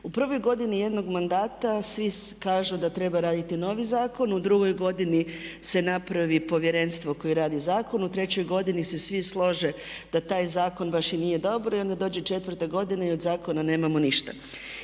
U prvoj godini jednog mandata svi kažu da treba raditi novi zakon. U drugoj godini se napravi povjerenstvo koje radi zakon. U trećoj godini se svi slože da taj zakon baš i nije dobar. I onda dođe četvrta godina i od zakona nemamo ništa.